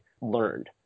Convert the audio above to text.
learned